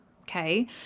Okay